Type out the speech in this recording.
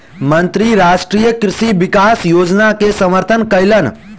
मंत्री राष्ट्रीय कृषि विकास योजना के समर्थन कयलैन